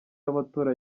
y’amatora